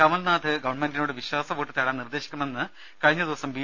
കമൽനാഥ് ഗവൺമെൻറിനോട് വിശ്വാസവോട്ട് തേടാൻ നിർദ്ദേശിക്കണമെന്ന് കഴിഞ്ഞ ദിവസം ബി